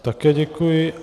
Také děkuji.